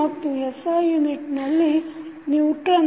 ಮತ್ತು SI ಯುನಿಟ್ನಲ್ಲಿ Newton N